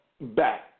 back